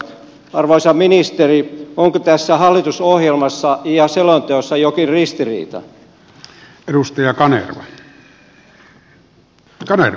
arvoisa ministeri onko tässä hallitusohjelmassa ja selonteossa jokin ristiriita